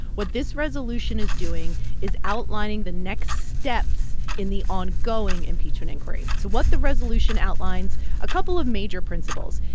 what this resolution is doing is outlining the next steps in the ongoing impeachment inquiry. so what the resolution outlines a couple of major principles.